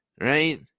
right